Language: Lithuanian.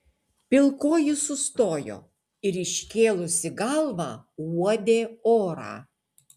pilkoji sustojo ir iškėlusi galvą uodė orą